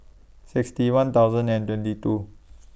sixty one thousand twenty two